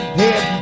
head